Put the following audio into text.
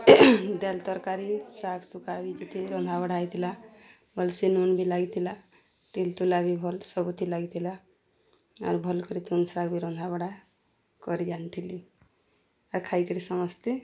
ଦେଲ୍ ତର୍କାରୀ ଶାଗ୍ ସୁୁଗା ବି ଯେ ରନ୍ଧାବଢ଼ା ହେଇଥିଲା ଭଲ୍ସେ ନୁନ୍ ବି ଲାଗିଥିଲା ତେଲ୍ ତୁଲା ବି ଭଲ୍ ସବୁଥି ଲାଗିଥିଲା ଆରୁ ଭଲ୍ କରି ତୁନ୍ ଶାଗ୍ ବି ରନ୍ଧାବଢ଼ା କରି ଜାନିଥିଲି ଆର୍ ଖାଇକରି ସମସ୍ତେ